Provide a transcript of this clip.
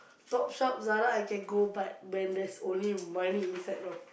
top shop Zara I can go but when there's only money inside my